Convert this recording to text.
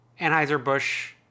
Anheuser-Busch